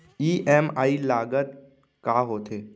EMI लागत का होथे?